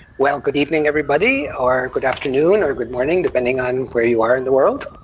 well, good evening everybody, or good afternoon or good morning, depending on and where you are in the world,